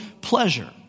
pleasure